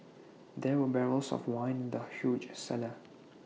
there were barrels of wine in the huge cellar